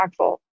impactful